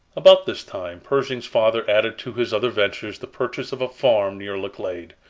about this time pershing's father added to his other ventures the purchase of a farm near laclede,